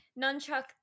Nunchuck